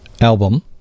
album